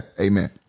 amen